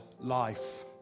life